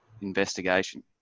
investigation